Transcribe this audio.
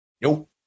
Nope